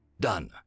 Done